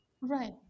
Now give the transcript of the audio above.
Right